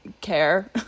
care